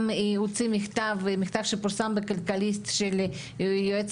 הוציא מכתב שפורסם בכלכליסט של היועץ